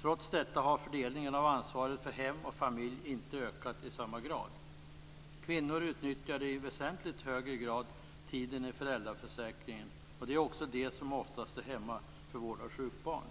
Trots detta har fördelningen av ansvaret för hem och familj inte ökat i samma grad. Kvinnor utnyttjar i väsentligt högre grad tiden i föräldraförsäkringen, och det är också de som oftast är hemma för vård av sjukt barn.